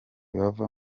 bava